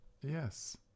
Yes